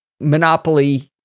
monopoly